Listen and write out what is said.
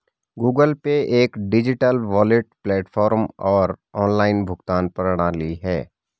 Google Pay एक digital wallet platform और online भुगतान प्रणाली है